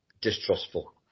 distrustful